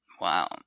Wow